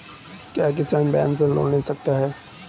क्या किसान बैंक से लोन ले सकते हैं?